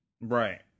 Right